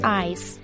eyes